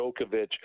Djokovic